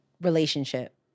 relationship